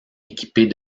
équipés